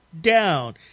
down